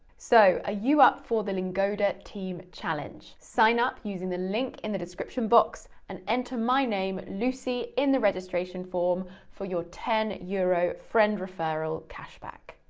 so are you up for the lingoda team challenge? sign up using the link in the description box and enter my name, lucy, in the registration form for your ten euro friend-referral cash back.